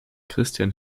christian